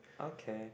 okay